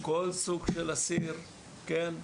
כל סוג של אסיר, כן.